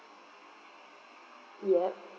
ya